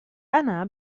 أنا